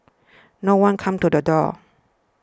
no one came to the door